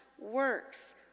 works